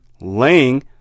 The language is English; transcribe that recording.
laying